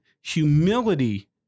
humility